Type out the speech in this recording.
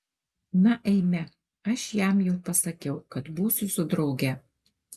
na eime aš jam jau pasakiau kad būsiu su drauge